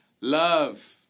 love